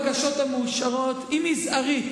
וכמות הבקשות המאושרות היא מזערית.